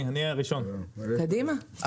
אז